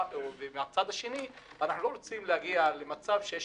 מהצד השני, אנחנו לא רוצים להגיע להגבלה